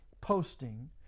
posting